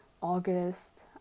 August